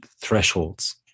thresholds